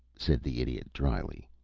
said the idiot, dryly.